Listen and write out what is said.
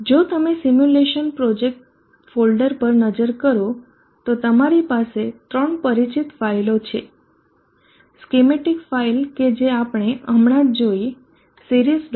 જો તમે simulation project folder પર નજર કરો તો તમારી પાસે ત્રણ પરિચિત ફાઇલો છે સ્કીમેટિક ફાઇલ કે જે આપણે હમણાં જ જોઈ series